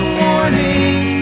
warning